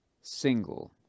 single